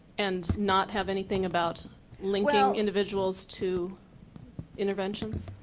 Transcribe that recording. and not have anything about linking individuals to interventions?